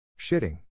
Shitting